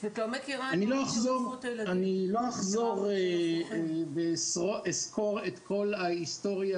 אני לא אחזור ואסקור את כל ההיסטוריה